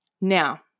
Now